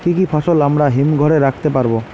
কি কি ফসল আমরা হিমঘর এ রাখতে পারব?